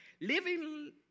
living